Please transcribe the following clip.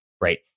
right